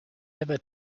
ever